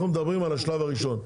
אנחנו מדברים על השלב הראשון.